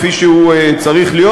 כפי שהוא צריך להיות.